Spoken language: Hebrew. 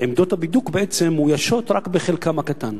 שעמדות הבידוק בעצם מאוישות רק בחלקן הקטן.